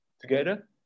Together